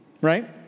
Right